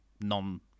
non